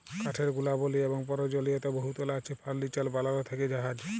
কাঠের গুলাবলি এবং পরয়োজলীয়তা বহুতলা আছে ফারলিচার বালাল থ্যাকে জাহাজ